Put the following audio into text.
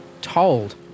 told